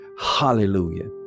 Hallelujah